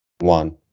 one